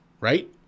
right